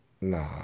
nah